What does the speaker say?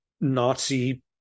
Nazi